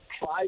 five